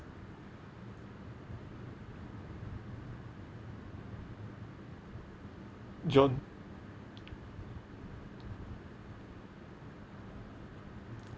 john